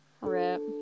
rip